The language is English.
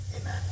amen